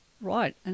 Right